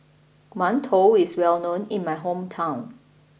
Mantou is well known in my hometown